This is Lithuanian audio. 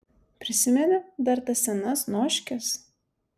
prisimeni dar tas senas noškes